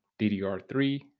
DDR3